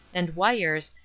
and wires,